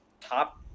top